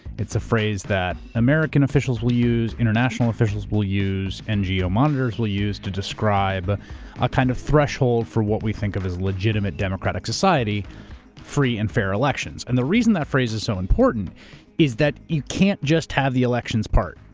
it's a phrase that american officials will use, international officials will use, n. g. o. monitors will use to describe a kind of threshold for what we think of as legitimate democratic society free and fair elections. and the reason that phrase is so important is that you can't just have the elections part,